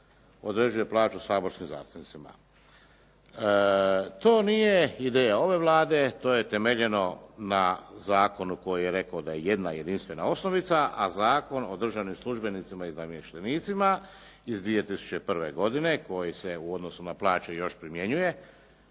određuje plaću saborskim zastupnicima. To nije ideja ove Vlade, to je temeljeno na zakonu koji je rekao da je jedna jedinstvena osnovica, a Zakon o državnim službenicima i namještenicima iz 2001. godine koji se u odnosu na plaće još primjenjuje,